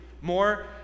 more